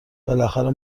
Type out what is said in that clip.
بالاخره